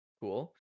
Cool